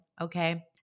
Okay